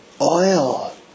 oil